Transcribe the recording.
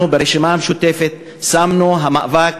אנחנו ברשימה המשותפת שמנו את המאבק